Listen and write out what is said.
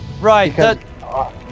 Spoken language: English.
Right